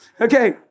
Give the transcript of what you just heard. Okay